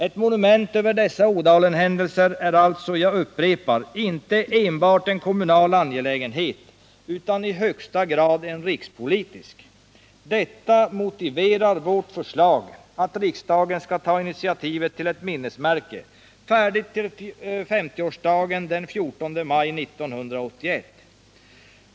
Ett monument över dessa Ådalenhändelser är alltså — jag upprepar — inte enbart en kommunal utan i högsta grad en rikspolitisk angelägenhet. Detta motiverar vårt förslag att riksdagen skall ta initiativet till ett minnesmärke, färdigt till 50-årsdagen den 14 maj 1981.